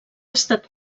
estat